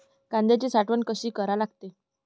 कांद्याची साठवन कसी करा लागते?